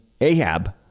Ahab